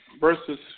versus